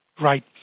Right